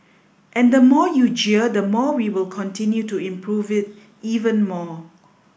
and the more you jeer the more we will continue to improve it even more